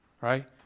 Right